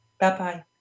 Bye-bye